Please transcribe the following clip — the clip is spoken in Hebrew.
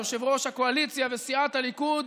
יושב-ראש הקואליציה וסיעת הליכוד,